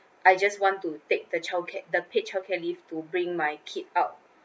I just want to take the childcare the paid childcare leave to bring my kid out